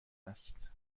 است